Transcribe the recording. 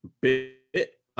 bit